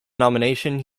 nomination